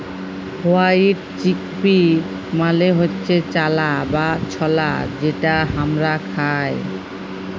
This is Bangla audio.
হয়াইট চিকপি মালে হচ্যে চালা বা ছলা যেটা হামরা খাই